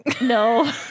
No